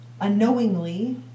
unknowingly